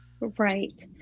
Right